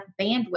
bandwidth